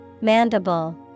Mandible